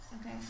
Okay